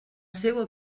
seua